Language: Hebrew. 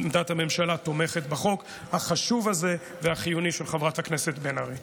הממשלה תומכת בחוק החשוב והחיוני הזה של חברת הכנסת בן ארי.